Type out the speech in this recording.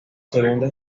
segunda